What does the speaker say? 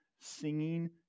singing